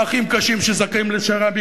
נכים קשים שזכאים לשר"מ,